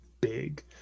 big